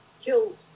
killed